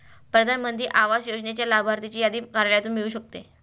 प्रधान मंत्री आवास योजनेच्या लाभार्थ्यांची यादी कार्यालयातून मिळू शकते